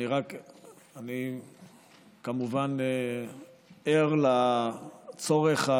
אני כמובן ער לצורך,